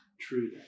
true